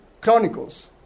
Chronicles